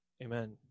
Amen